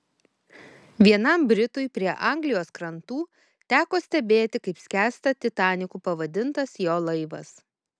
vienam britui prie anglijos krantų teko stebėti kaip skęsta titaniku pavadintas jo laivas